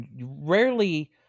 rarely